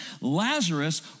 Lazarus